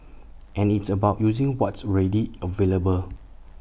and it's about using what's already available